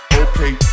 okay